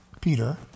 Peter